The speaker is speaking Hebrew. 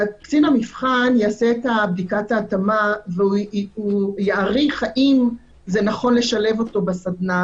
קצין המבחן יעשה את בדיקת ההתאמה ויעריך האם זה נכון לשלב אותו בסדנה,